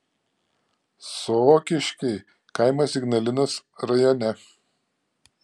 sokiškiai kaimas ignalinos rajone